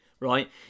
Right